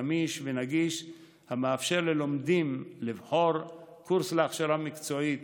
גמיש ונגיש המאפשר ללומדים לבחור קורס להכשרה מקצועית